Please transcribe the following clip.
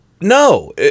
no